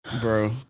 Bro